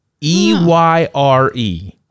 E-Y-R-E